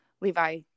Levi